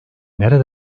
nerden